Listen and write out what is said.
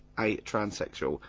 a transsexual.